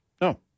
No